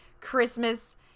Christmas